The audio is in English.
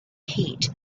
heat